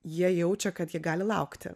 jie jaučia kad jie gali laukti